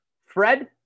Fred